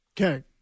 Okay